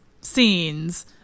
scenes